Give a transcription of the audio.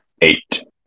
Eight